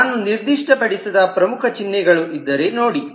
ನಾನು ನಿರ್ದಿಷ್ಟಪಡಿಸದ ಪ್ರಮುಖ ಚಿಹ್ನೆಗಳ ಇದ್ದರೆ ನೋಡಿ